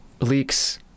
leaks